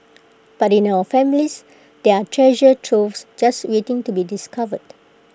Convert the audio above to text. but in our families there are treasure troves just waiting to be discovered